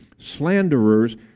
slanderers